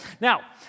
Now